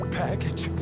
package